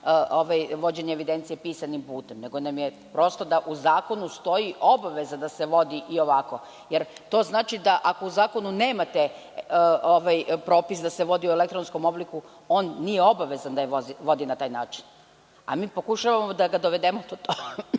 vođenja evidencije pisanim putem, nego prosto da u zakonu stoji obaveza da se vodi i ovako. To znači da ako u zakonu nemate propis da se vodi u elektronskom obliku, on nije obavezan da je vodi na taj način, a mi pokušavamo da ga dovedemo do toga